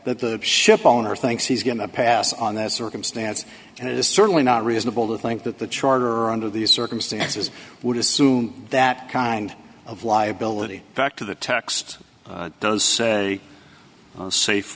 that the shipowner thinks he's going to pass on that circumstance and it is certainly not reasonable to think that the charter under these circumstances would assume that kind of liability back to the text does a safe